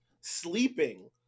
sleeping